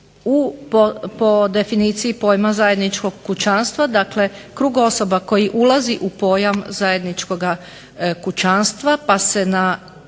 po definiciji pojma zajedničkog kućanstva, dakle krug osoba koji ulazi u pojam zajedničkoga kućanstva pa se na